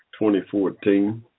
2014